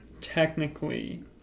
technically